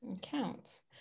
Counts